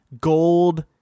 gold